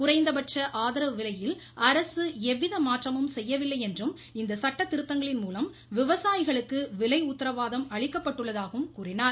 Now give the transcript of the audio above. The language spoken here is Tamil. குறைந்தபட்ச ஆதரவு விலையில் அரசு எவ்வித மாற்றமும் செய்யவில்லை என்றும் இந்த சட்டத் திருத்தங்களின் மூலம் விவசாயிகளுக்கு விலை உத்தரவாதம் அளிக்கப்பட்டுள்ளதாகவும் கூறினார்